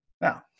Now